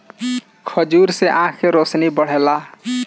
खजूर से आँख के रौशनी बढ़ेला